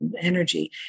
energy